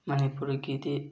ꯃꯅꯤꯄꯨꯔꯗꯒꯤꯗꯤ